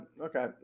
okay